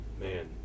Man